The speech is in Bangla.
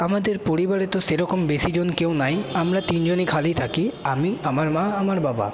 আমাদের পরিবারে তো সেরকম বেশিজন কেউ নাই আমরা তিনজনই খালি থাকি আমি আমার মা আমার বাবা